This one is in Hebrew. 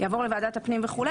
שיעבור לוועדת הפנים וכו',